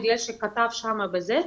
בגלל שכתב שם את זה,